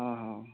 অঁ